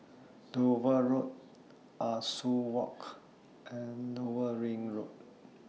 Dover Road Ah Soo Walk and Lower Ring Road